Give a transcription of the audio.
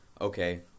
Okay